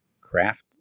Craft